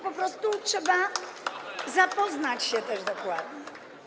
Po prostu trzeba zapoznać się dokładnie.